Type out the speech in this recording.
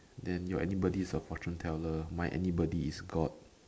then your anybody is a fortune teller my anybody is god